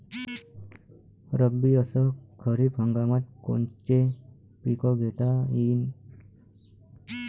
रब्बी अस खरीप हंगामात कोनचे पिकं घेता येईन?